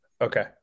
okay